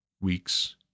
weeks